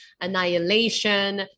annihilation